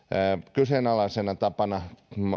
kyseenalaisena tapana